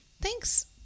thanks